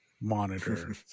monitor